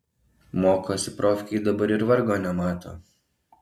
mokosi profkėj dabar ir vargo nemato